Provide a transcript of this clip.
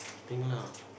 thing lah